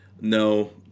no